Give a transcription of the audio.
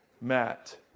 Matt